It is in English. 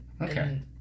Okay